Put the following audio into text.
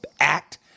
act